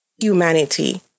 humanity